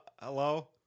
Hello